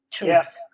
Yes